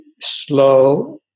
slow